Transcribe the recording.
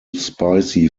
spicy